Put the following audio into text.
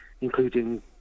including